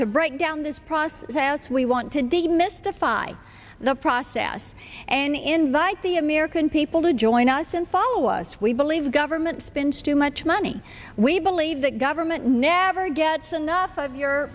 to break down this process because we want to demystify the process an invite the american people to join us and follow us we believe government spends too much money we believe that government never gets enough of your